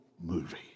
movie